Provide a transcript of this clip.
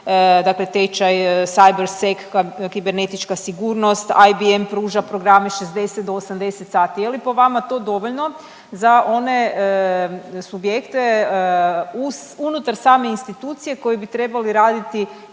dakle tečaj cyber SEC, kibernetička sigurnost, IBM pruža programe 60 do 80 sati. Je li po vama to dovoljno za one subjekte uz unutar same institucije koje bi trebali raditi